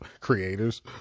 creators